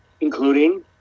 including